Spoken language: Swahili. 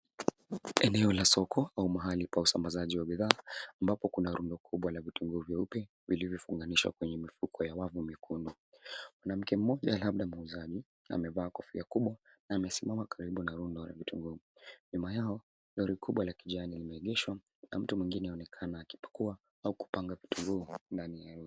Eneo la soko au mahali pa usambazaji wa bidhaa, ambapo kuna rundo kubwa la vitunguu vyeupe, vilivyofunganishwa kwenye mifuko ya wavu mekundu. Mwanamke mmoja labda muuzaji, amevaa kofia kubwa, na amesimama karibu na rundo la vitunguu. Nyuma yao, lori kubwa la kijani limeegeshwa, na mtu mwingine aonekane akipakuwa, au kupanga vitunguu ndani ya lori.